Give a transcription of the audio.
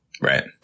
Right